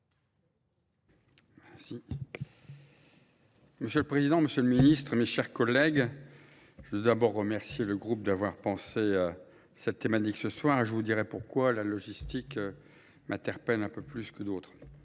Monsieur le Président, Monsieur le Ministre, mes chers collègues, je veux d'abord remercier le groupe d'avoir pensé à cette thématique ce soir et je vous dirai pourquoi la logistique m'interpelle un peu plus que d'autres.